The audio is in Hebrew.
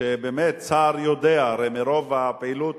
השר יודע, מרוב הפעילות